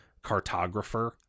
cartographer